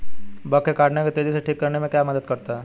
Bug के काटने को तेजी से ठीक करने में क्या मदद करता है?